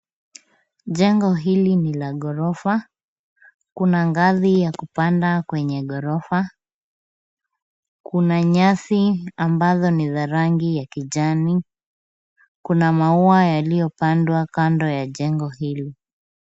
Jengo hili ni la ghorofa. Kuna ngazi ya kupanda kwenye ghorofa. Kuna nyasi ambazo ni za rangi ya kijani. Kuna maua yaliyopandwa kando ya jengo hilo.